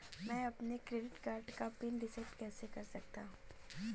मैं अपने credit card का पिन रिसेट कैसे कर सकता हूँ?